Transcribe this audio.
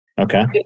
Okay